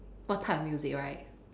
what type of music right